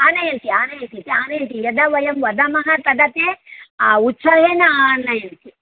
आनयसि आनयसि आनयति यदा वयं वदामः तदा ते उत्साहेन आनयन्ति